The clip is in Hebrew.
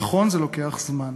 נכון, זה לוקח זמן.